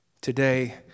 Today